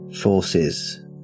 forces